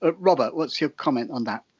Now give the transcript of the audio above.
ah robert, what's your comment on that?